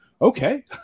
okay